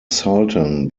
sultan